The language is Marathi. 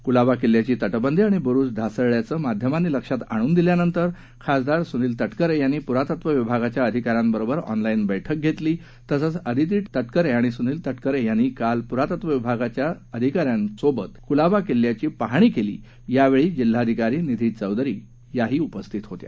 कुलाबा किल्ल्याची तटबंदी आणि बुरूज ढासळल्याचे माध्यमांनी लक्षात आणून दिल्यानंतर खासदार सुनील तटकरे यांनी पुरातत्व विभागाच्या अधिकाऱ्यांबरोबर ऑनलाईन बैठक घेतली तसंच आदिती तटकरे आणि सुनील तटकरे यांनी काल पुरातत्व विभागाच्या अधिकाऱ्यांसोबत कुलाबा किल्ल्याची पाहणी केली यावेळी जिल्हाधिकारी निधी चौधरी उपस्थित होत्या